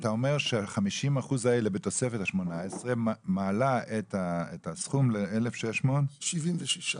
אתה אומר ש-50% האלה בתוספת ה-18 מעלה את הסכום ל-1,600 ו-76 שקלים.